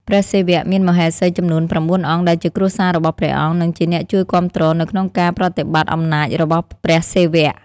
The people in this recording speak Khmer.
ព្រះសិវៈមានមហេសីចំនួន ៩ អង្គ ដែលជាគ្រួសាររបស់ព្រះអង្គ និងជាអ្នកជួយគាំទ្រនៅក្នុងការប្រតិបត្តិអំណាចរបស់ព្រះសិវៈ។